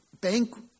Bank